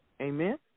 Amen